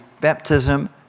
baptism